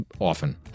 often